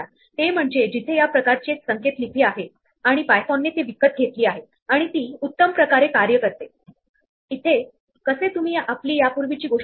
याचे कारण असे आहे कि आपण पूर्वीप्रमाणे पॉप वापरू शकतो परंतु आपल्याला क्यू मध्ये इन्सर्ट करायचे आहे तेव्हा यासोबत दिलेले इन्सर्ट फंक्शन आपण वापरू शकतो